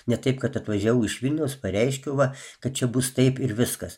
ne taip kad atvažiavau iš vilniaus pareiškiau va kad čia bus taip ir viskas